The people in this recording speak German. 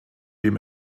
dem